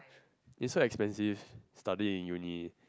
is so expensive studying in uni